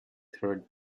third